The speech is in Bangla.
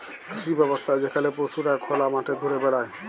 কৃষি ব্যবস্থা যেখালে পশুরা খলা মাঠে ঘুরে বেড়ায়